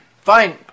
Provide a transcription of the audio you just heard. Fine